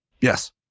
Yes